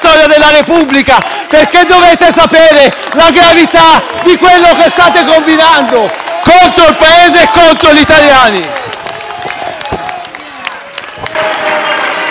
storia della Repubblica, perché dovete conoscere la gravità di quello che state combinando contro il Paese e contro gli italiani!